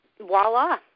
voila